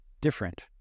different